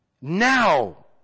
now